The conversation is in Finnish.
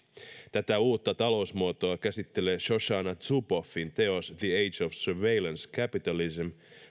tätä uutta talousmuotoa käsittelee shoshana zuboffin teos the age of surveillance capitalism